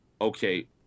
okay